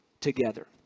together